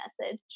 message